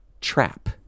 trap